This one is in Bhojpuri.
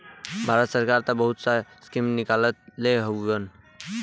भारत सरकार त बहुत सा स्कीम निकलले हउवन